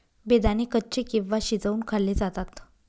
बेदाणे कच्चे किंवा शिजवुन खाल्ले जातात